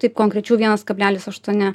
taip konkrečiau vienas kablelis aštuoni